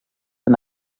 han